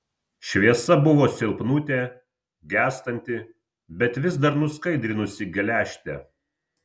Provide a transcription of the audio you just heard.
šviesa buvo silpnutė gęstanti bet vis dar nuskaidrinusi geležtę